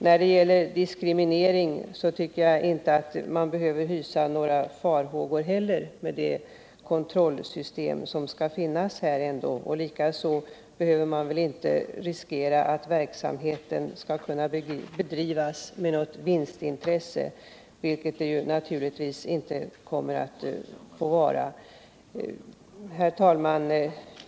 Jag tycker inte heller att man behöver hysa några farhågor för diskriminering, med det kontrollsystem som föreslås. Inte heller behöver man riskera att verksamheten bedrivs med vinstintresse. Det får den naturligtvis inte göra. Herr talman!